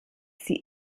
sie